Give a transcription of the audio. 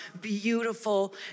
beautiful